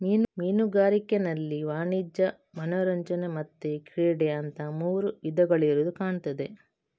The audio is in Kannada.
ಮೀನುಗಾರಿಕೆನಲ್ಲಿ ವಾಣಿಜ್ಯ, ಮನರಂಜನೆ ಮತ್ತೆ ಕ್ರೀಡೆ ಅಂತ ಮೂರು ವಿಧಗಳಿರುದು ಕಾಣ್ತದೆ